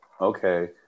Okay